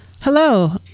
hello